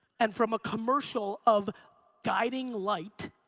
and from a commercial of guiding light,